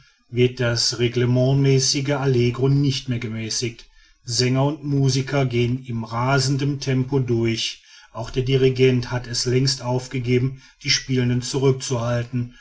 wird das reglementsmäßige allegro nicht mehr gemäßigt sänger und musiker gehen in rasendem tempo durch auch der dirigent hat es längst aufgegeben die spielenden zurückzuhalten